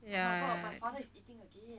ya cause